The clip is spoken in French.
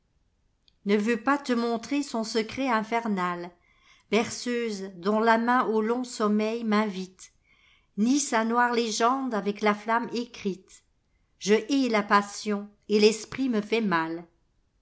ne veut pas te montrer son secrei iinenjai berceuse dont la main aux longs sommeils m'invite ni sa noire légende avec la flamme écrite je hais la passion et l'esprit me fait mal